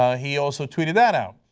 ah he also tweeted that out.